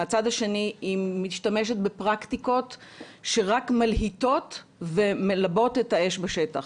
ומצד שני היא משתמשת בפרקטיקות שרק מלהיטות ומלבות את האש בשטח,